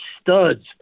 studs